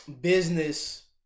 business